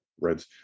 reds